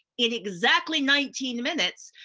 in exactly nineteen minutes,